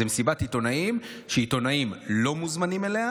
זו מסיבת עיתונאים שעיתונאים לא מוזמנים אליה.